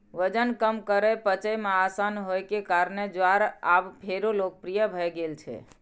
वजन कम करै, पचय मे आसान होइ के कारणें ज्वार आब फेरो लोकप्रिय भए गेल छै